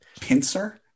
pincer